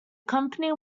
company